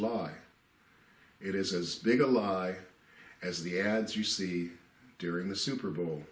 lie it is as big a lie as the ads you see during the super bowl